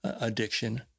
addiction